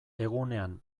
egunean